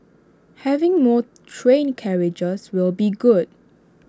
having more train carriages will be good